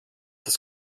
das